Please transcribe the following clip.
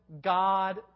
God